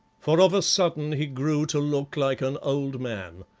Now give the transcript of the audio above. for of a sudden he grew to look like an old man.